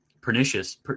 pernicious